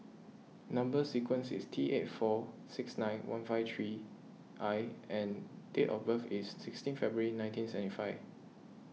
Number Sequence is T eight four six nine one five three I and date of birth is sixteen February nineteen seventy five